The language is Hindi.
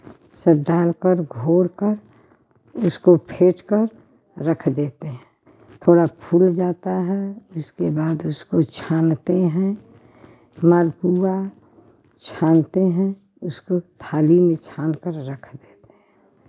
सब डाल कर घोल कर उसको फेंट कर रख देते हैं थोड़ा फूल जाता है उसके बाद उसको छानते हैं मालपुआ छानते हैं उसको थाली में छान कर रख देते हैं